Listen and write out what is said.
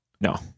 No